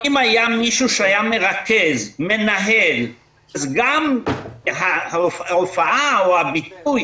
אם היה מישהו שמרכז ומנהל אז גם ההופעה או הביטוי